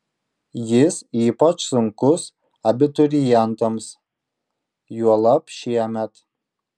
jis ypač sunkus abiturientams juolab šiemet